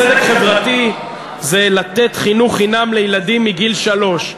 צדק חברתי זה לתת חינוך חינם לילדים מגיל שלוש.